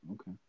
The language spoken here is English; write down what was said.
okay